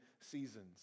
seasons